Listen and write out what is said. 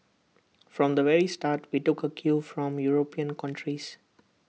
from the very start we took A cue from european countries